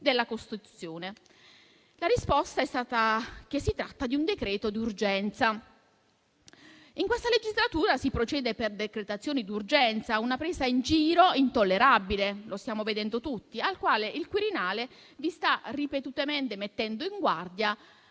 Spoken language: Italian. della Costituzione. La risposta è stata che si tratta di un decreto d'urgenza. In questa legislatura si procede per decretazioni d'urgenza. È una presa in giro intollerabile, che tutti stiamo notando. Il Quirinale vi sta ripetutamente mettendo in guardia